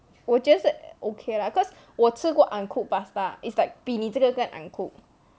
我觉得是 okay lah cause 我吃过 uncooked pasta it's like 比你这个更 uncooked